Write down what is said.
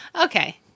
Okay